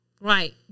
Right